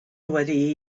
wedi